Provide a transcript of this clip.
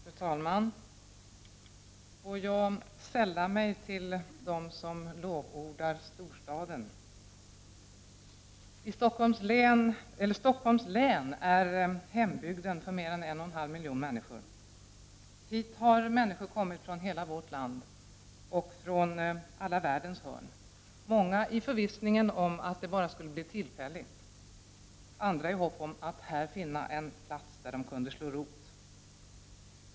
Fru talman! Jag vill sälla mig till dem som lovordar storstaden. Stockholms län är hembygden för mer än 1,5 miljoner människor. Människor har kommit hit från hela vårt land och från alla världens hörn. Många har kommit i förvissningen om att det bara skulle bli tillfälligt, andra i hopp om att här finna en plats där de kunde slå rot.